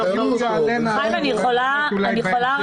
אני יכולה להעיר